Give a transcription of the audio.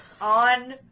on